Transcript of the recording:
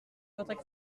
votre